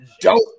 dope